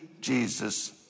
Jesus